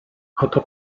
oto